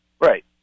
Right